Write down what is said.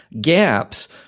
gaps